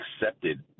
accepted